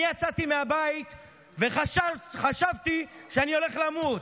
יצאתי מהבית וחשבתי שאני הולך למות,